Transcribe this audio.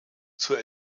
zur